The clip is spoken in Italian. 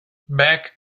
back